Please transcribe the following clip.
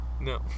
No